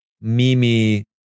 Mimi